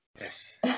yes